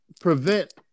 prevent